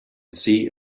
see